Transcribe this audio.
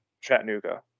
Chattanooga